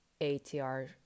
ATR